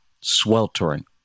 sweltering